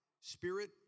Spirit